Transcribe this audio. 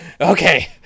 okay